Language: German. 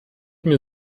mir